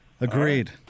Agreed